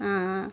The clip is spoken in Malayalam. ആ ആ